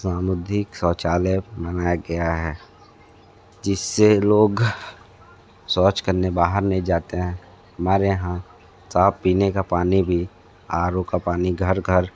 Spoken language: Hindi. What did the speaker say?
समुदायिक शौचालय बनाया गया है जिस से लोग शौच करने बाहर नहीं जाते हैं मारे यहाँ साफ़ पीने का पानी भी आ रो का पानी घर घर